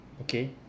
Okay